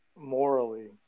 Morally